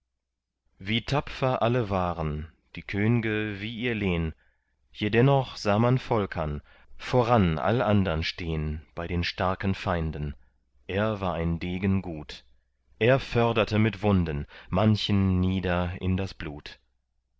wie tapfer alle waren die könge wie ihr lehn jedennoch sah man volkern voran all andern stehn bei den starken feinden er war ein degen gut er förderte mit wunden manchen nieder in das blut